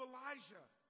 Elijah